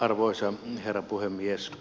arvoisa herra puhemies